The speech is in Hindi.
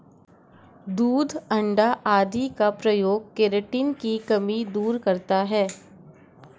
दूध अण्डा आदि का प्रयोग केराटिन की कमी दूर करता है